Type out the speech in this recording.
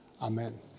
Amen